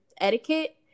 etiquette